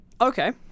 Okay